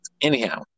Anyhow